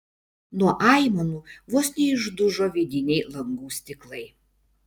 nuo aimanų vos neišdužo vidiniai langų stiklai